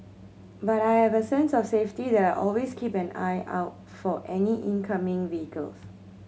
but I have a sense of safety that I always keep an eye out for any incoming vehicles